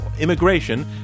immigration